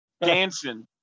dancing